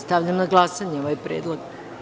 Stavljam na glasanje ovaj predlog.